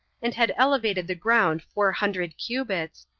and had elevated the ground four hundred cubits,